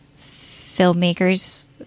filmmakers